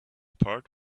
part